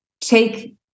take